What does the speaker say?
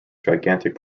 gigantic